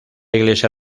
iglesia